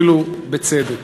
אפילו בצדק.